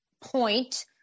point